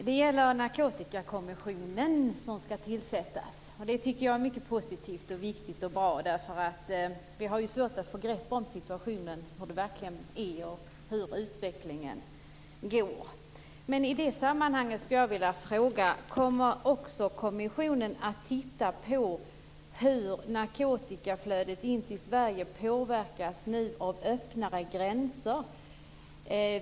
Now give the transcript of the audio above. Fru talman! Jag tycker att det är mycket positivt, viktigt och bra att Narkotikakommissionen skall tillsättas, eftersom vi har svårt att få grepp om situationen och hur utvecklingen går. I det sammanhanget skulle jag vilja fråga: Kommer kommissionen också att titta på hur narkotikaflödet in till Sverige nu påverkas av öppnare gränser?